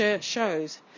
shows